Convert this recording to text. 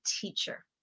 teacher